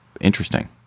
interesting